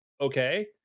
Okay